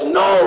no